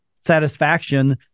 satisfaction